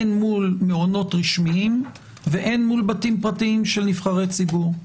הן מול מעונות רשמיים והן מול בתים פרטיים של נבחרי ציבור.